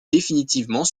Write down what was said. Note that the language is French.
définitivement